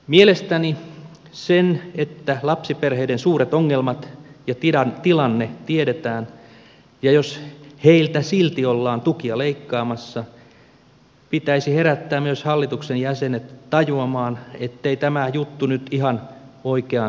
mielestäni sen että lapsiperheiden suuret ongelmat ja tilanne tiedetään ja jos heiltä silti ollaan tukia leikkaamassa pitäisi herättää myös hallituksen jäsenet tajuamaan ettei tämä juttu nyt ihan oikeaan suuntaan mene